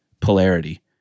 polarity